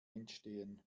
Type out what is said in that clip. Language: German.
entstehen